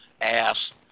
ass